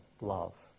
love